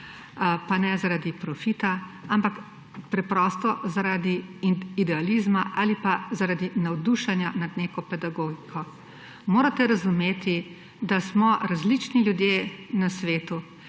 pa ne zaradi profita, ampak preprosto zaradi idealizma ali pa zaradi navdušenja nad neko pedagogiko. Morate razumeti, da smo različni ljudje na svetu.